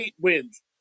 wins